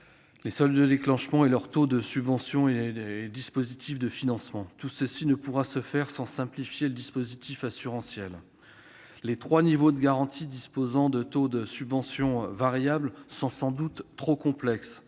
les seuils de déclenchement, les taux de subvention et les dispositifs de financement. Nous ne pourrons y parvenir sans simplifier le dispositif assurantiel. Les trois niveaux de garantie disposant de taux de subvention variables sont sans doute trop complexes.